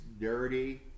dirty